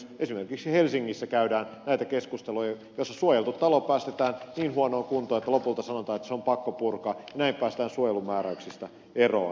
esimerkiksi helsingissä käydään näitä keskusteluja joissa suojeltu talo päästetään niin huonoon kuntoon että lopulta sanotaan että se on pakko purkaa ja näin päästään suojelumääräyksistä eroon